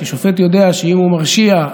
כששופט יודע שאם הוא מרשיע,